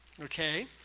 Okay